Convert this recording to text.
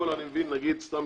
מנסה להגיד.